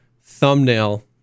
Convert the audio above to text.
thumbnail